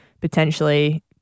potentially